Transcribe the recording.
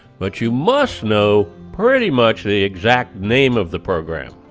but you must know pretty much the exact name of the program.